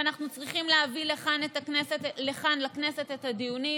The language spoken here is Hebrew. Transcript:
ואנחנו צריכים להביא לכאן, לכנסת, את הדיונים,